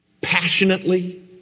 passionately